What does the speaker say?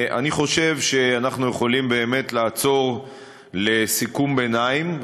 אני חושב שאנחנו יכולים באמת לעצור לסיכום ביניים,